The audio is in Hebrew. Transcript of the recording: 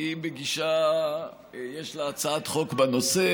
כי היא בגישה, יש לה הצעת חוק בנושא,